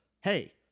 hey